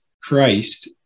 Christ